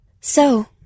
So